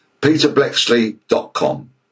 peterblexley.com